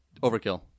overkill